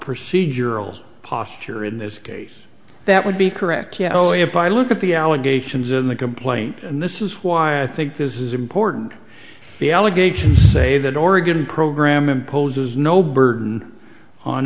procedural posture in this case that would be correct you know if i look at the allegations in the complaint and this is why i think this is important the allegations say that oregon program imposes no burden on